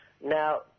Now